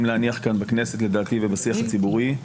להניח כאן בכנסת לדעתי ובשיח הציבורי.